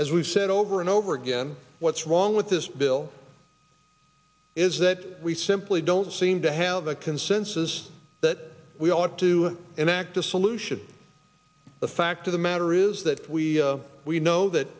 as we've said over and over again what's wrong with this bill is that we simply don't seem to have a consensus that we ought to enact a solution the fact of the matter is that we we know that